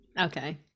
okay